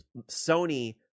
sony